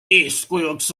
eeskujuks